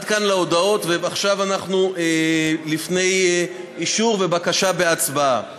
בנוסף, חברי הכנסת, ועדת הכנסת קבעה כי